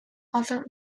other